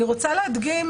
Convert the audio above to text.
אני רוצה להדגים,